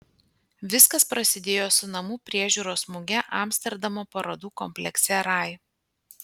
viskas prasidėjo su namų priežiūros muge amsterdamo parodų komplekse rai